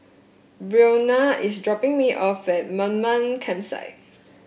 Breonna is dropping me off at Mamam Campsite